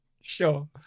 Sure